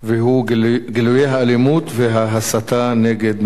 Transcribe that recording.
בנושא: גילויי האלימות וההסתה כנגד מבקשי